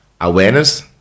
awareness